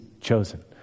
chosen